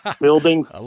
building